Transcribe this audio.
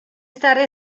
stare